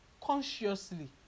consciously